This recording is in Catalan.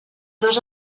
dos